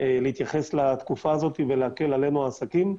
שמתייחס לתקופה הזאת ולהקל עלינו העסקים,